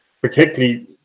particularly